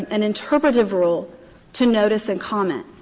an interpretative rule to notice and comment.